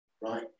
right